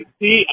see